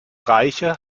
reiche